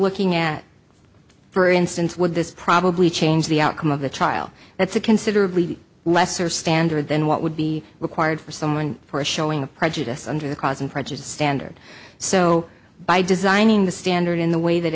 looking at for instance would this probably change the outcome of the trial that's a considerably lesser standard than what would be required for someone for a showing of prejudice under the cross and prejudice standard so by designing the standard in the way that